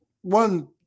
one